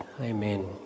Amen